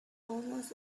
almost